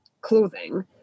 clothing